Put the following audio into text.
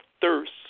thirst